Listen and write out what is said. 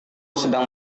sedang